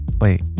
Wait